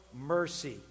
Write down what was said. mercy